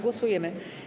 Głosujemy.